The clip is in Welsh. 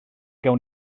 gawn